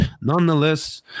Nonetheless